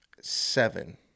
seven